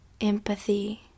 empathy